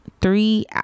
three